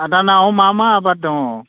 आदानाव मा मा आबाद दङ